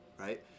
Right